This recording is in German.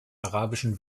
arabischen